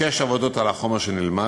שש עבודות על החומר שנלמד,